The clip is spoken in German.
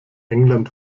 england